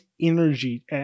energy